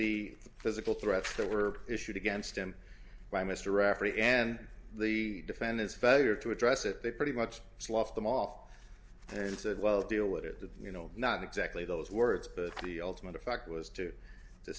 the physical threats that were issued against him by mr rafferty and the defend his failure to address it they pretty much slough them off and said well deal with it you know not exactly those words but the ultimate effect was to